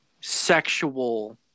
sexual